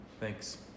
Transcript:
Thanks